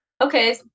okay